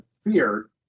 fear